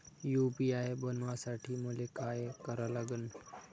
UPI बनवासाठी मले काय करा लागन?